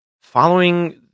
following